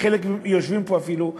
חלק יושבים פה אפילו,